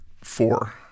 four